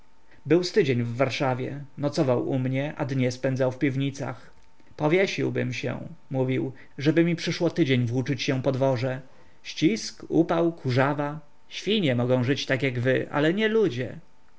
był z tydzień w warszawie nocował u mnie a dnie spędzał w piwnicach powiesiłbym się mówił żeby mi przyszło tydzień włóczyć się po dworze ścisk upał kurzawa świnie mogą żyć tak jak wy ale nie ludzie